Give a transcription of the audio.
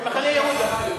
למחנה-יהודה.